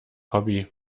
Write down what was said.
hobby